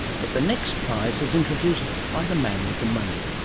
but the next prize is introduced by the man with the money.